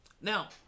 Now